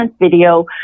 video